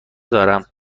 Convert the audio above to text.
دارم